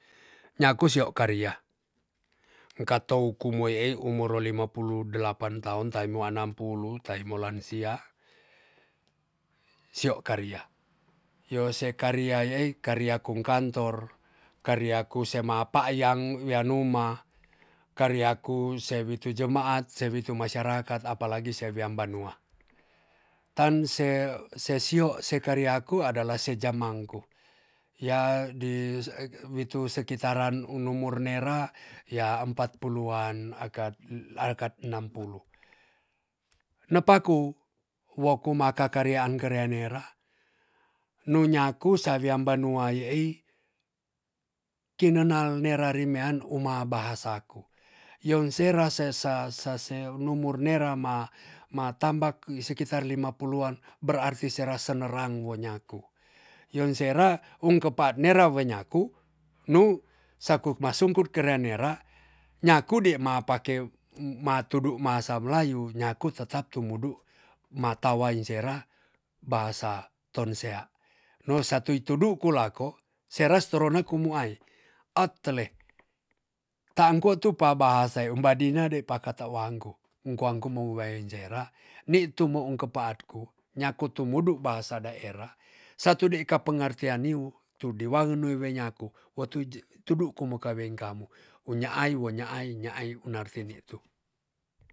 Nyaku sio karia ngkatou kumoyai umoro lima pulu delapan taon taimo anam pulu taimo lansia sio karia yo se karia yaai karia kung kantor karia kusema payang wea numa karia ku se witu jemaat se witu masyarakat apalagi se wiam banua tan se se sio se karia ku adalah se jamang ku ya di witu sekiran unumur nera ya empat puluan akat akat enam pulu nepaku wo ku ma ka karia an keria nera nu nyaku sa wiam banua iyai kinenal nera rimean uma bahasa ku yon sera sesa sase unumur nera ma ma tambak i sekitar lima puluan berarti serase nerang wo nyaku yon sera ung kepat nera we nyaku nu sakuk ma sungkut kerea nera nyaku dema pa ke ma tudu masa mlayu nyaku tetap tumudu ma tawain sera bahasa tonsea no satui tudu ku lako sera si torona kumu ai ak tele tangu atu pa bahasa ya umba dina de pakata wangku ungu angku mo wowaen cera nitu mo ung kepaat ku nyaku tumudu bahasa daerah satu deika pengertian niwu tu de wange nuyu we nyaku wotu tuduku mekaweng kamu. wo nyaai wo nyaai unyaai tinarti nitu.